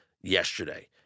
yesterday